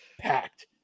packed